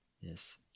Yes